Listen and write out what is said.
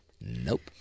Nope